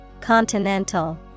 Continental